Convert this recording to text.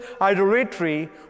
idolatry